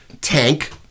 tank